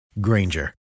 Granger